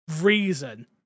reason